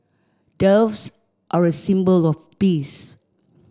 doves are a symbol of peace